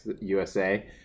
USA